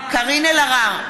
בהצבעה קארין אלהרר,